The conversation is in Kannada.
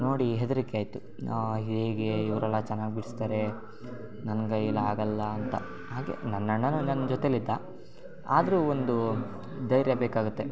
ನೋಡಿ ಹೆದರಿಕೆ ಆಯಿತು ಹೇಗೆ ಇವರೆಲ್ಲ ಚೆನ್ನಾಗಿ ಬಿಡಿಸ್ತಾರೆ ನನ್ನ ಕೈಲ್ ಆಗೋಲ್ಲ ಅಂತ ಹಾಗೆ ನನ್ನ ಅಣ್ಣನೂ ನನ್ನ ಜೊತೆಯಲ್ಲಿದ್ದ ಆದರೂ ಒಂದು ಧೈರ್ಯ ಬೇಕಾಗುತ್ತೆ